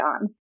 on